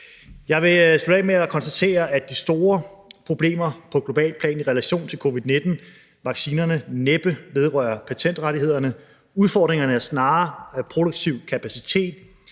Jeg vil slutte af med at konstatere, at de store problemer på globalt plan i relation til covid-19-vaccinerne næppe vedrører patentrettighederne. Udfordringerne er snarere produktiv kapacitet,